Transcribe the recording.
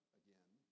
again